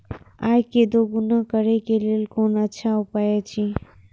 आय के दोगुणा करे के लेल कोन अच्छा उपाय अछि?